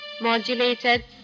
modulated